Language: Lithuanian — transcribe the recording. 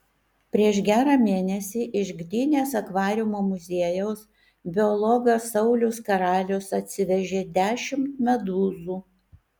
prieš gerą mėnesį iš gdynės akvariumo muziejaus biologas saulius karalius atsivežė dešimt medūzų